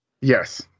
yes